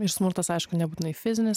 ir smurtas aišku nebūtinai fizinis